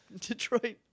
Detroit